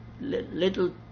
little